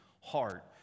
heart